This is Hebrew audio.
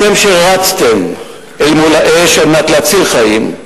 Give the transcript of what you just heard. אתם, שרצתם אל מול האש על מנת להציל חיים,